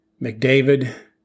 McDavid